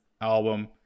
album